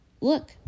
Look